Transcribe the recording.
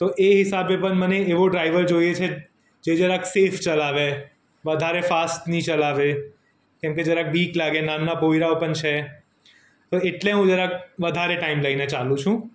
તો એ હિસાબે પણ મને એવો ડ્રાઈવર જોઈએ છે જે જરાક સેફ ચલાવે વધારે ફાસ્ટ નહીં ચલાવે કેમ કે જરાક બીક લાગે નાના પોઈરાઓ પણ છે તો એટલે હું જરાક વધારે ટાઈમ લઈને ચાલુ છું